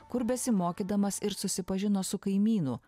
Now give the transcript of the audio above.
kur besimokydamas ir susipažino su kaimynu